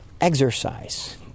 exercise